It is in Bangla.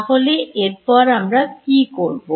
তাহলে এরপর আমরা কি করব